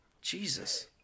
jesus